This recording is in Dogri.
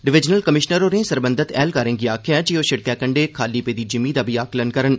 डिवीजनल कमिशनर होरें सरबंधत ऐह्लकारें गी आखेआ जे ओह् सिड़कै कंड्ढे खाली पेदी जिमीं दा आकलन करन